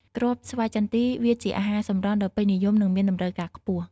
គ្រប់ស្វាយចន្ទី វាជាអាហារសម្រន់ដ៏ពេញនិយម និងមានតម្រូវការខ្ពស់។